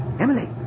Emily